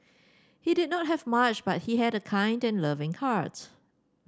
he did not have much but he had a kind and loving heart